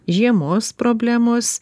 žiemos problemos